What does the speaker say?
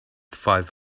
five